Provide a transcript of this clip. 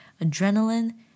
adrenaline